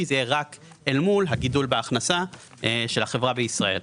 תהיה רק אל מול הגידול בהכנסה של החברה בישראל.